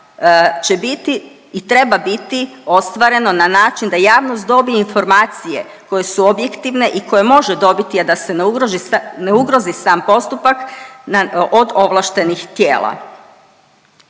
će biti i treba biti ostvareno na način da javnost dobije informacije koje su objektivne i koje može dobiti, a da se ne ugrozi sam postupak ovlaštenih tijela.